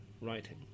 writing